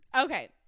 Okay